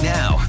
now